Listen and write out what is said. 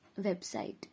website